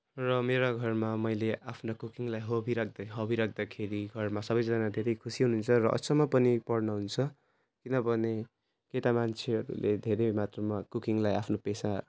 र मेरा घरमा मैले आफ्नो कुकिङलाई हबी राख्दै हबी राख्दाखेरि घरमा सबैजना धेरै खुसी हुनुहुन्छ र अचम्म पनि पर्नुहुन्छ किनभने केटा मान्छेहरूले धेरै मात्रामा कुकिङलाई आफ्नो पेसा